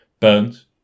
Burns